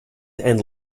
and